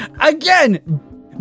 Again